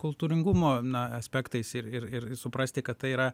kultūringumo na aspektais ir ir ir suprasti kad tai yra